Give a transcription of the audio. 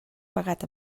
pagat